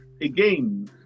again